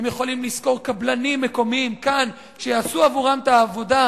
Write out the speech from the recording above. הם יכולים לשכור קבלנים מקומיים כאן שיעשו עבורם את העבודה,